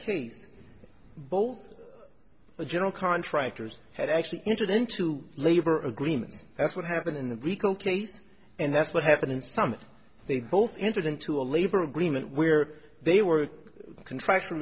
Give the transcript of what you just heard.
case both the general contractors had actually entered into labor agreements that's what happened in the rico case and that's what happened in some they both entered into a labor agreement where they were contract